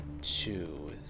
two